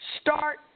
Start